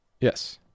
Yes